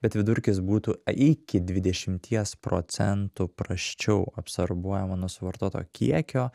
bet vidurkis būtų iki dvidešimties procentų prasčiau absorbuojama nuo suvartoto kiekio